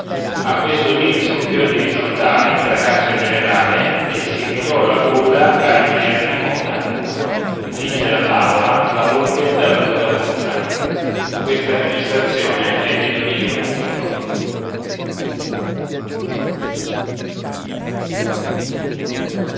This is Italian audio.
a questo dir scoppiò di risa un tale fracasso generale che seguitò la coda a rimaner di moda e la vecchia padrona e